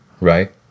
right